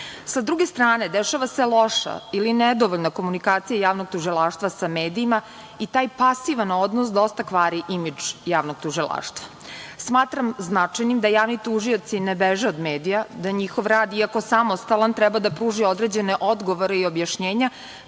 druge strane, dešava se loša ili nedovoljna komunikacija javnog tužilaštva sa medijima, i taj pasivan odnos dosta kvari imidž javnog tužilaštva, i smatram značajnim da javni tužioci ne beže od medija, da njihov rad, iako samostalan, treba da pruži određene odgovore i objašnjenja